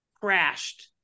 crashed